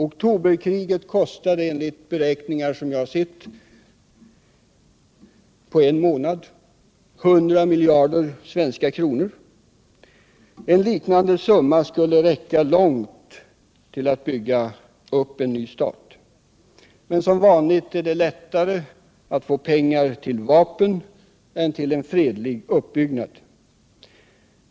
Oktoberkriget kostade enligt beräkningar som jag sett ca 100 miljarder svenska kronor — på en månad alltså. En liknande summa skulle räcka långt för att bygga upp en ny stat. Men som vanligt är det lättare att få pengar till vapen än till fredlig uppbyggnad.